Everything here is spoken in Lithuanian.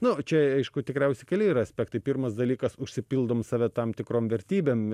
nu čia aišku tikriausiai keli yra aspektai pirmas dalykas užsipildom save tam tikrom vertybėm